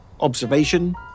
Observation